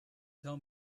tell